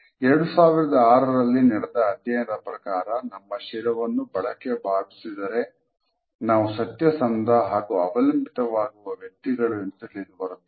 2006ರಲ್ಲಿ ನಡೆದ ಅಧ್ಯಯನದ ಪ್ರಕಾರ ನಮ್ಮ ಶಿರವನ್ನು ಬಳಕೆ ಭಾವಿಸಿದರೆ ನಾವು ಸತ್ಯಸಂದ ಹಾಗೂ ಅವಲಂಬಿತವಾಗುವ ವ್ಯಕ್ತಿಗಳು ಎಂದು ತಿಳಿದುಬರುತ್ತದೆ